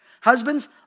Husbands